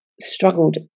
struggled